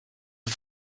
are